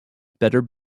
better